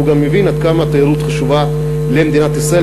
והוא גם מבין עד כמה התיירות חשובה למדינת ישראל.